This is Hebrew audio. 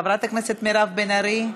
חברת הכנסת מירב בן ארי,